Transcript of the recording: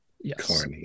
Yes